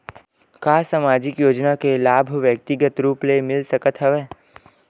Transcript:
का सामाजिक योजना के लाभ व्यक्तिगत रूप ले मिल सकत हवय?